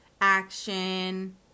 action